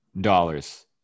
dollars